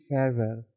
Farewell